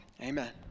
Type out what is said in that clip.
Amen